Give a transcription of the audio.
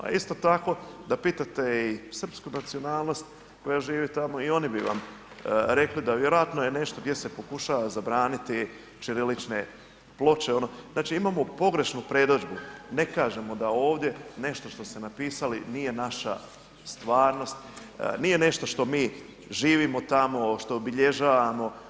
A isto tako da pitate i srpsku nacionalnost koja živi tamo i oni bi vam rekli da vjerojatno je nešto gdje se pokušava zabraniti ćirilične ploče ono, znači imamo pogrešnu predodžbu, ne kažemo da ovdje nešto što se napisali nije naša stvarnost, nije nešto što mi živimo tamo, što obilježavamo.